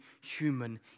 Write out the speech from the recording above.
human